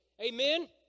Amen